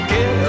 Get